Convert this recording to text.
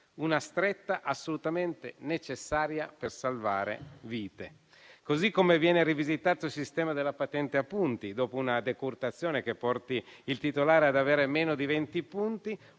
una stretta assolutamente necessaria per salvare vite. Così come viene rivisitato il sistema della patente a punti, dopo una decurtazione che porti il titolare ad avere meno di 20 punti,